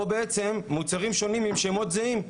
או מוצרים שונים עם שמות זהים.